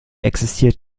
existiert